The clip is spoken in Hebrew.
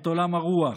את עולם הרוח,